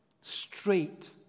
straight